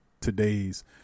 today's